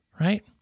right